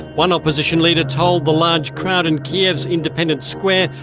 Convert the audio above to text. one opposition leader told the large crowd in kiev's independence square,